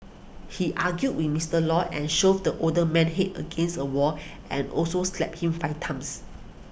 he argued with Mister Lew and shoved the older man's head against a wall and also slapped him five times